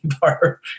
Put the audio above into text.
bar